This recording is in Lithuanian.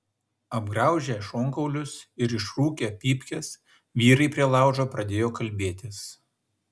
apgraužę šonkaulius ir išrūkę pypkes vyrai prie laužo pradėjo kalbėtis